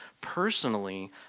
personally